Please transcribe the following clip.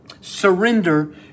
surrender